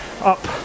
up